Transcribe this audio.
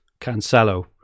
Cancelo